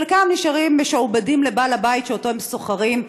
חלקם נשארים משועבדים לבעל הבית שהם שוכרים,